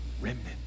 Remnant